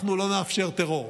אנחנו לא נאפשר טרור.